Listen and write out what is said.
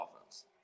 offense